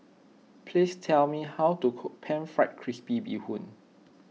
please tell me how to cook Pan Fried Crispy Bee Hoon